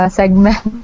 segment